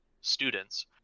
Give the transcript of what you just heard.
students